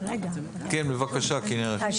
כן, בבקשה כנרת.